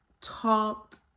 talked